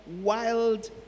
wild